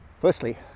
Firstly